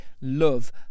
love